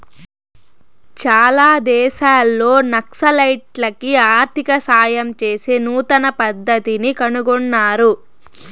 చాలా దేశాల్లో నక్సలైట్లకి ఆర్థిక సాయం చేసే నూతన పద్దతిని కనుగొన్నారు